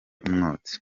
umwotsi